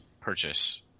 purchase